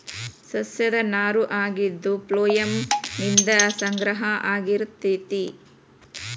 ಸಸ್ಯದ ನಾರು ಆಗಿದ್ದು ಪ್ಲೋಯಮ್ ನಿಂದ ಸಂಗ್ರಹ ಆಗಿರತತಿ